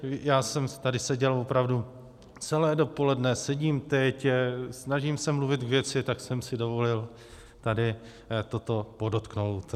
Já jsem tady seděl opravdu celé dopoledne, sedím teď, snažím se mluvit k věci, tak jsem si dovolil tady toto podotknout.